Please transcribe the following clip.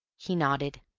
he nodded.